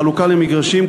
חלוקה למגרשים,